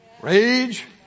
Rage